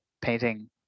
painting